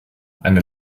eine